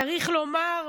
צריך לומר,